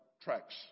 tracks